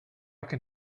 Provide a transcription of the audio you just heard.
can